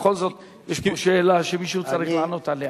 בכל זאת יש לי פה שאלה שמישהו צריך לענות עליה.